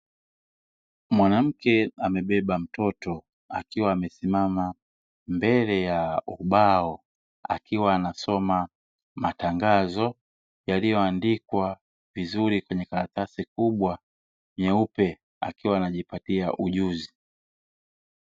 Mwanamke amebeba mtoto akiwa amesimama mbele ya ubao akiwa anasoma matangazo yaliyoandikwa vizuri kwenye karatasi kubwa nyeupe akiwa anajipatia ujuzi.